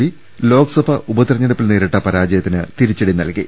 P Lok Sabha ഉപതെരഞ്ഞെടുപ്പിൽ നേരിട്ട പരാജയത്തിന് തിരിച്ചടി നൽകി